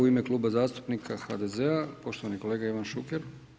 U ime Kluba zastupnika HDZ-a, poštovani kolega Ivan Šuker.